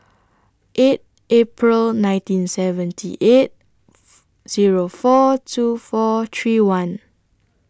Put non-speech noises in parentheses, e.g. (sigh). eight April nineteen seventy eight (noise) Zero four two four three one